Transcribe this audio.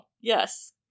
Yes